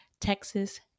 Texas